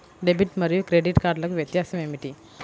Debit మరియు credit కార్డ్లకు వ్యత్యాసమేమిటీ?